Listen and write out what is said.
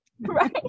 Right